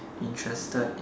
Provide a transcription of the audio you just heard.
interested in